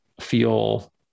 feel